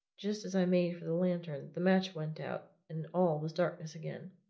just as i made for the lantern, the match went out and all was darkness again.